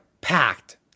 packed